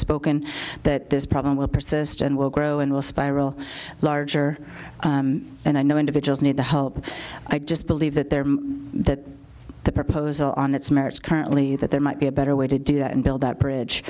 spoken that this problem will persist and will grow and will spiral larger and i know individuals need the help i just believe that there that the proposal on its merits currently that there might be a better way to do that and build that bridge